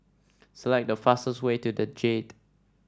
select the fastest way to the Jade